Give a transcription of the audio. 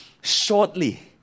Shortly